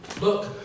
Look